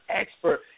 expert